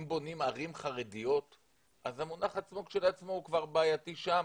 אם בונים ערים חרדיות אז המונח עצמו כשלעצמו הוא כבר בעייתי שמה,